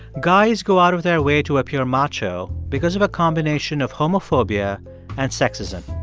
guys go out of their way to appear macho because of a combination of homophobia and sexism.